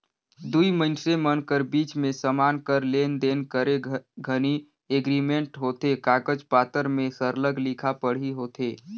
दुई मइनसे मन कर बीच में समान कर लेन देन करे घनी एग्रीमेंट होथे कागज पाथर में सरलग लिखा पढ़ी होथे